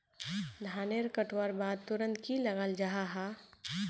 धानेर कटवार बाद तुरंत की लगा जाहा जाहा?